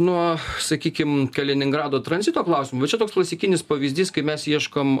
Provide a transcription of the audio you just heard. nuo sakykim kaliningrado tranzito klausimo bet čia toks klasikinis pavyzdys kai mes ieškom